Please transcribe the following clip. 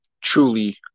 truly